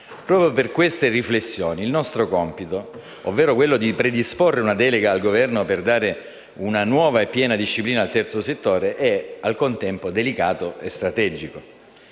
Proprio per queste riflessioni, il nostro compito, ovvero quello di predisporre una delega al Governo per dare una nuova e piena disciplina al terzo settore, è al contempo delicato e strategico.